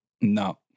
no